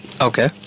okay